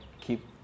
keep